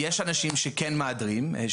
יש אנשים שכן מהדרים.